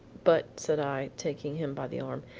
but, said i, taking him by the arm,